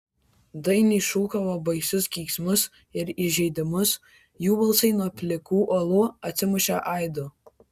dainiai šūkavo baisius keiksmus ir įžeidimus jų balsai nuo plikų uolų atsimušė aidu